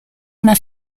una